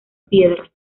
piedras